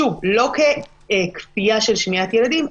שוב לא ככפייה של שמיעת ילדים,